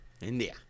India